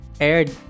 aired